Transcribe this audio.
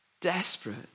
desperate